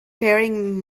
faring